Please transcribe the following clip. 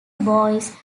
boys